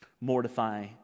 mortify